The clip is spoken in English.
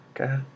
Okay